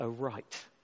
aright